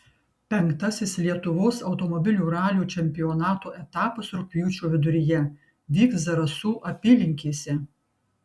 penktasis lietuvos automobilių ralio čempionato etapas rugpjūčio viduryje vyks zarasų apylinkėse